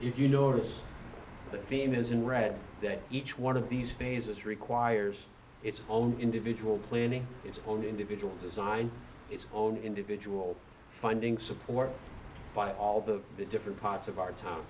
if you notice the theme is in red that each one of these phases requires its own individual planning its own individual design its own individual finding support by all the different parts of our t